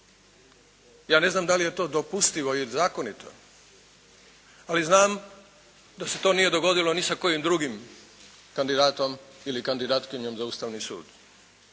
ja ne znam da li je to dopustivo i zakonito ali znam da se to nije dogodilo ni sa kojim drugim kandidatom ili kandidatkinjom za Ustavni sud.